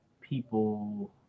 people